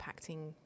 impacting